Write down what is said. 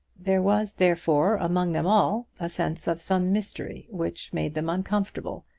there was therefore, among them all, a sense of some mystery which made them uncomfortable,